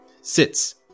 Sits